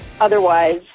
otherwise